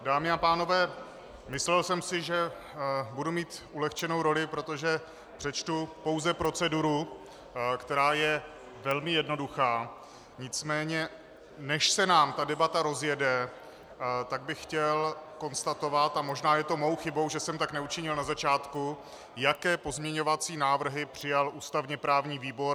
Dámy a pánové, myslel jsem si, že budu mít ulehčenou roli, protože přečtu pouze proceduru, která je velmi jednoduchá, nicméně než se nám ta debata rozjede, tak bych chtěl konstatovat a možná je to mou chybou, že jsem tak neučinil na začátku , jaké pozměňovací návrhy přijal ústavněprávní výbor.